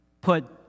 put